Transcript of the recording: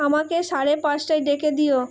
আমাকে সাড়ে পাঁচটায় ডেকে দিও